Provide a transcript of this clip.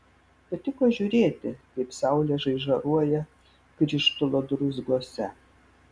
patiko žiūrėti kaip saulė žaižaruoja krištolo druzguose